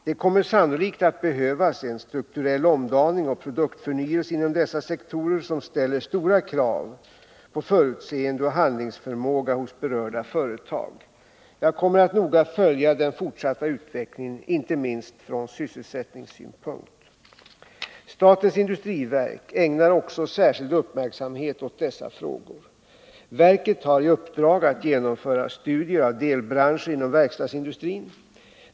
Det kommer sannolikt att behövas en strukturell omdaning och produktförnyelse inom dessa sektorer som ställer stora krav på förutseende och handlingsförmåga hos berörda företag. Jag kommer att noga följa den fortsatta utvecklingen inte minst från sysselsättningssynpunkt. Statens industriverk ägnar också särskild uppmärksamhet åt dessa frågor. Verket har i uppdrag att genomföra studier av delbranscher inom verkstadsindustrin.